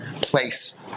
place